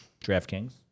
DraftKings